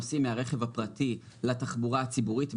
נוסעים מהרכב הפרטי לתחבורה הציבורית,